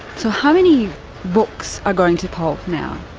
so how many books are going to pulp now?